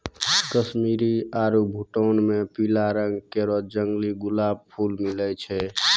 कश्मीर आरु भूटान म पीला रंग केरो जंगली गुलाब खूब मिलै छै